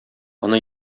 аны